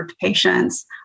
patients